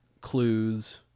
clues